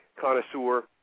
connoisseur